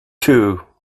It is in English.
two